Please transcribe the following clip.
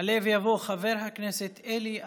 יעלה ויבוא חבר הכנסת אלי אבידר.